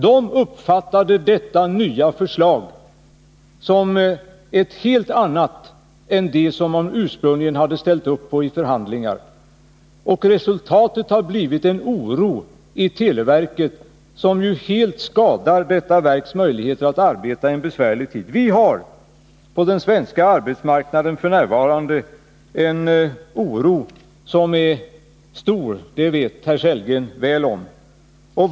Man uppfattade det nya förslaget som helt olikt det som man i förhandlingar ursprungligen hade anslutit sig till. Detta har lett till oro bland de anställda på televerket, och det är naturligtvis till skada när det gäller verkets möjligheter att arbeta i en besvärlig tid. Den svenska arbetsmarknaden präglas f. n. av stor oro, och det vet herr Sellgren mycket väl.